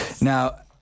Now